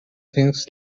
thinks